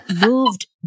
moved